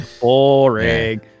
Boring